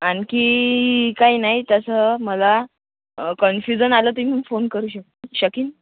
आणखी काही नाही तसं मला कन्फ्युजन आलं तर मी फोन करू शक शकेन